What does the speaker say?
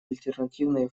альтернативные